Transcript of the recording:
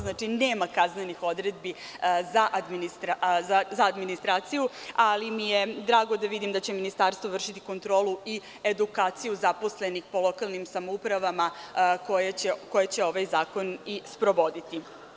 Znači, nema kaznenih odredbi za administraciju, ali mi je drago da vidim da će Ministarstvo vršiti kontrolu i edukaciju zaposlenih po lokalnim samoupravama koje će ovaj zakon i sprovoditi.